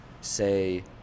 say